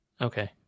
Okay